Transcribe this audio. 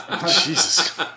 Jesus